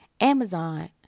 Amazon